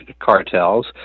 cartels